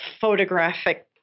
photographic